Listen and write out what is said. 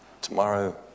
Tomorrow